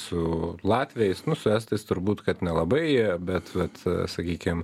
su latviais nu su estais turbūt kad nelabai bet vat sakykim